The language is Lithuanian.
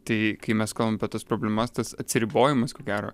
tai kai mes kalbam apie tas problemas tas atsiribojimas ko gero